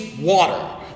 water